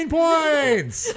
points